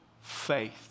faith